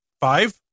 Five